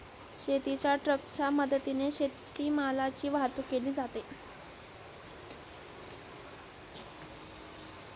शेतीच्या ट्रकच्या मदतीने शेतीमालाची वाहतूक केली जाते